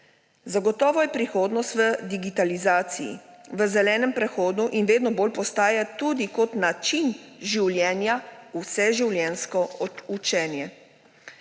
Zagotovo je prihodnost v digitalizaciji, v zelenem prehodu in vedno bolj postaja tudi kot način življenja vseživljenjsko učenje.